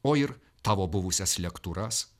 o ir tavo buvusias lektūras